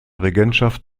regentschaft